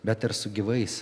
bet ir su gyvais